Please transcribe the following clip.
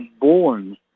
born